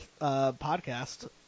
podcast